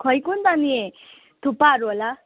खोइ कोनि त नि थुक्पाहरू होला